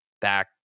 back